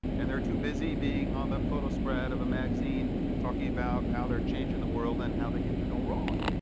and they're too busy being on the photo spread of a magazine talking about how they're changing the world and how they can do no wrong.